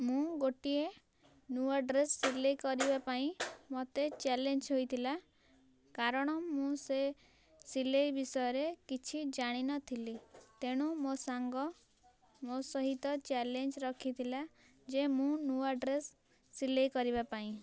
ମୁଁ ଗୋଟିଏ ନୂଆ ଡ୍ରେସ୍ ସିଲାଇ କରିବା ପାଇଁ ମୋତେ ଚ୍ୟାଲେଞ୍ଜ ହୋଇଥିଲା କାରଣ ମୁଁ ସେ ସିଲାଇ ବିଷୟରେ କିଛି ଜାଣିନଥିଲି ତେଣୁ ମୋ ସାଙ୍ଗ ମୋ ସହିତ ଚ୍ୟାଲେଞ୍ଜ ରଖିଥିଲା ଯେ ମୁଁ ନୂଆ ଡ୍ରେସ୍ ସିଲାଇ କରିବା ପାଇଁ